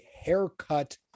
haircut